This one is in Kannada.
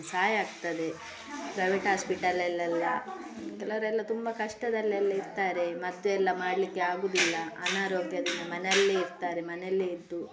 ಸಹಾಯ ಆಗ್ತದೆ ಪ್ರೈವೇಟ್ ಆಸ್ಪಿಟಲಲ್ಲೆಲ್ಲಾ ಕೆಲವರೆಲ್ಲ ತುಂಬ ಕಷ್ಟದಲ್ಲೆಲ್ಲ ಇರ್ತಾರೆ ಮದ್ದು ಎಲ್ಲ ಮಾಡಲಿಕ್ಕೆ ಆಗೋದಿಲ್ಲ ಅನಾರೋಗ್ಯದಿಂದ ಮನೆಯಲ್ಲೇ ಇರ್ತಾರೆ ಮನೆಯಲ್ಲೇ ಇದ್ದು